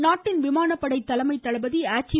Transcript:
தனோவா நாட்டின் விமானப்படை தலைமை தளபதி ள் சீ